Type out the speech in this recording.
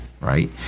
right